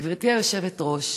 גברתי היושבת-ראש,